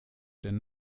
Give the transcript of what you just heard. den